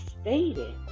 stated